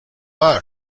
are